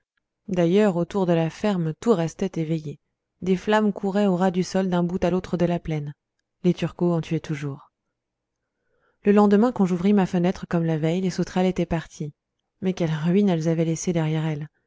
d'ailleurs autour de la ferme tout restait éveillé des flammes couraient au ras du sol d'un bout à l'autre de la plaine les turcos en tuaient toujours le lendemain quand j'ouvris ma fenêtre comme la veille les sauterelles étaient parties mais quelle ruine elles avaient laissée derrière elles